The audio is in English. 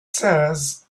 says